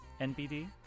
NBD